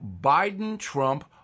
Biden-Trump